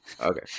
Okay